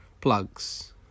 plugs